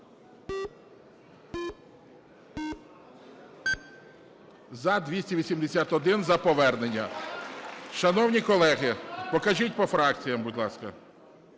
За – 281, за повернення. Шановні колеги! Покажіть по фракціям, будь ласка.